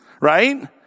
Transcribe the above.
right